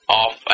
off